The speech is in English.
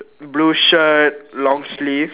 blue shirt long sleeve